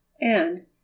and